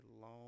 long